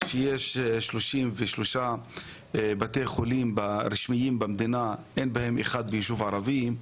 שיש 33 בתי חולים רשמיים במדינה ואף לא אחד מהם ביישוב ערבי?